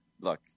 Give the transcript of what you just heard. look